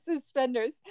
suspenders